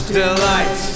delight